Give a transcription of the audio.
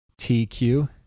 TQ